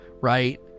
right